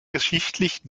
geschichtlich